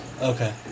Okay